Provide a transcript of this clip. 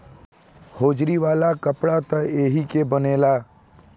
hosiery वाला सब कपड़ा त एही के बनेला